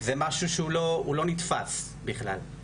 זה משהו שהוא לא נתפס בכלל.